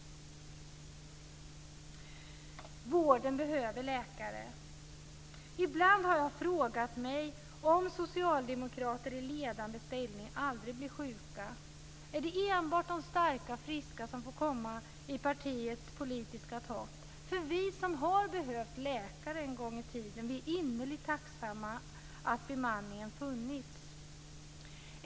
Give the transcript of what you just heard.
Vården behöver läkare. Ibland har jag frågat mig om socialdemokrater i ledande ställning aldrig blir sjuka. Är det enbart de starka, friska som får komma i partiets politiska topp? Vi som har behövt läkare en gång i tiden är innerligt tacksamma över att bemanningen har funnits.